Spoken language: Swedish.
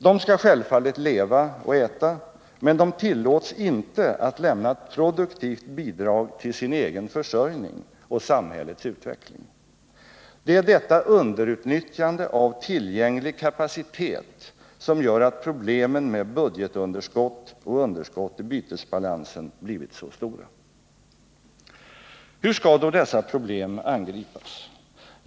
De skall självfallet leva och äta, men de tillåts inte att lämna ett produktivt bidrag till sin egen försörjning och samhällets utveckling. Det är detta underutnyttjande av tillgänglig kapacitet som gör att problemen med budgetunderskott och underskott i bytesbalansen blivit så stora. Hur skall då dessa problem angripas?